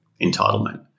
entitlement